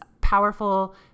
powerful